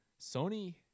Sony